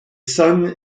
son